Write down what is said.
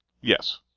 Yes